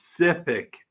specific